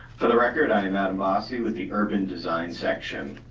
for the record, i'm adam bossy with the urban design section.